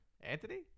Anthony